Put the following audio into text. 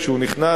כשהוא נכנס,